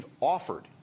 offered